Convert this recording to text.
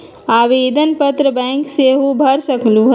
आवेदन पत्र बैंक सेहु भर सकलु ह?